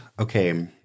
Okay